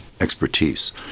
expertise